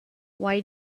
why